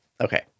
okay